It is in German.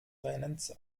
rennens